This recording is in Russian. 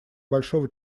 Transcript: большого